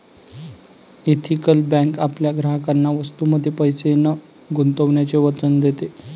ethical bank आपल्या ग्राहकांना वस्तूंमध्ये पैसे न गुंतवण्याचे वचन देते